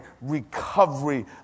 recovery